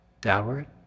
downward